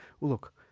look